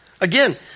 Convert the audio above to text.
Again